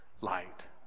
light